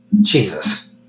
Jesus